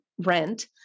rent